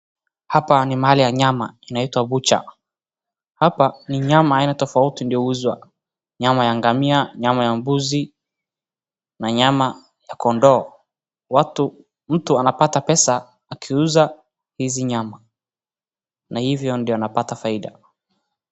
Hapa ni mahali ya nyama inaitwa butcher hapa ni nyama aina tofauti ndio huuzwa nyama ya ngamia, nyama ya mbuzi na nyama ya kondoo. Mtu anapata pesa akiuza hizi nyama na hivyo ndio anapata faida.